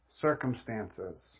circumstances